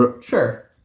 Sure